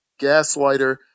gaslighter